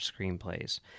screenplays